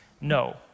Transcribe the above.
no